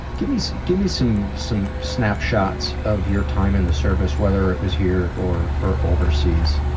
give me so, give me some, some snapshots of your time in the service, whether it was here or, or overseas.